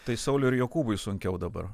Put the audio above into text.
tai sauliui ir jokūbui sunkiau dabar